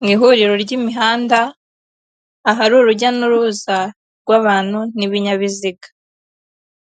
Mu ihuriro ry'imihanda, ahari urujya n'uruza rw'abantu n'ibinyabiziga,